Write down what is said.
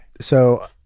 So-